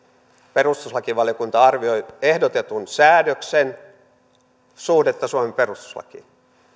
perustuslakivaliokunta arvioi ehdotetun säädöksen suhdetta suomen perustuslakiin